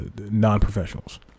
non-professionals